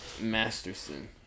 Masterson